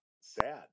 sad